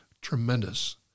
tremendous